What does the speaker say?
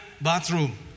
bathroom